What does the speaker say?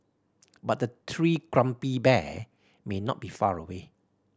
but the three grumpy bear may not be far away